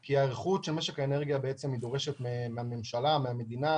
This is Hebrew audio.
כי ההיערכות של משק האנרגיה דורשת מהממשלה והמדינה